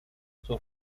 sus